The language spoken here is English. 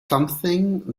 something